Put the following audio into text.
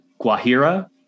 Guajira